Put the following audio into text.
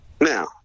Now